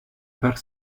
far